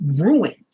ruined